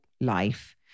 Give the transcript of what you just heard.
life